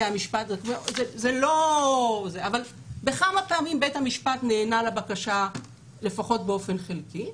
אבל בכמה פעמים בית המשפט נענה לבקשה לפחות באופן חלקי.